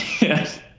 yes